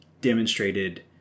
demonstrated